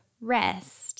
rest